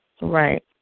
Right